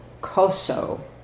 Koso